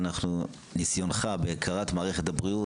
יש לך ניסיון ואתה מכיר את מערכת הבריאות,